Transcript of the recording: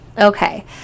Okay